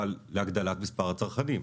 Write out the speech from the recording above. להגדלת מספר הצרכנים.